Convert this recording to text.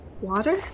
Water